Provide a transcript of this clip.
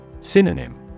Synonym